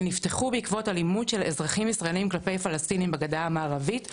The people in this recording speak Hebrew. שנפתחו בעקבות הלימוד של אזרחים ישראלים כלפי פלשתינים בגדה המערבית,